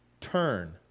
turn